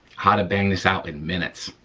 how to bang this out in minutes,